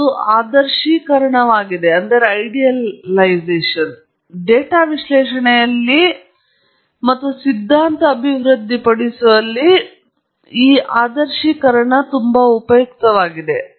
ಇದು ಆದರ್ಶೀಕರಣವಾಗಿದೆ ಅದು ಡೇಟಾ ವಿಶ್ಲೇಷಣೆಯಲ್ಲಿ ಮತ್ತು ಸಿದ್ಧಾಂತವನ್ನು ಅಭಿವೃದ್ಧಿಪಡಿಸುವಲ್ಲಿ ತುಂಬಾ ಉಪಯುಕ್ತವಾಗಿದೆ